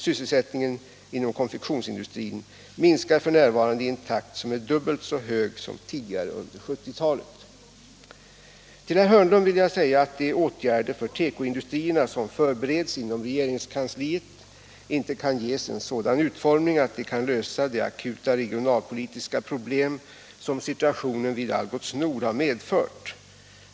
Sysselsättningen inom konfektionsindustrin minskar f.n. i en takt som är dubbelt så hög som tidigare under 1970-talet. Till herr Hörnlund vill jag säga att de åtgärder för tekoindustrierna som förbereds inom regeringskansliet inte kan ges en sådan utformning att de kan lösa de akuta regionalpolitiska problem som situationen vid Algots Nord har medfört.